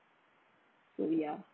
so ya